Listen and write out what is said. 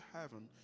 heaven